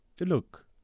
look